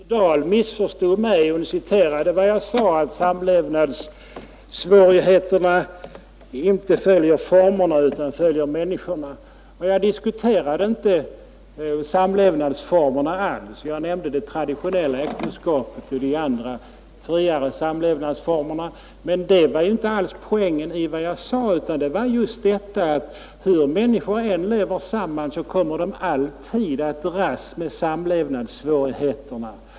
Herr talman! Fru Dahl missförstod mig. Hon citerade vad jag sade, att samlevnadssvårigheterna inte följer formerna utan följer människorna. Samlevnadsformerna diskuterade jag inte alls. Jag nämnde det traditionella äktenskapet och de andra, friare samlevnadsformerna, men detta var inte poängen i vad jag sade, utan det var just att hur människor än lever samman så kommer de alltid att dras med samlevnadssvårigheterna.